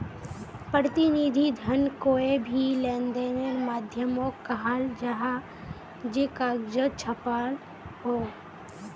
प्रतिनिधि धन कोए भी लेंदेनेर माध्यामोक कहाल जाहा जे कगजोत छापाल हो